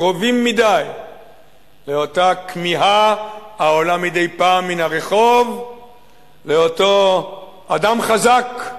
קרובים מדי לאותה כמיהה העולה מדי פעם מן הרחוב לאותו אדם חזק,